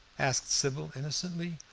asked sybil innocently.